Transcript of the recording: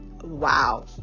wow